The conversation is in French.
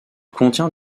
contient